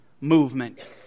movement